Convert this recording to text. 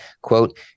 quote